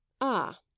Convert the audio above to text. Ah